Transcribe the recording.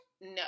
No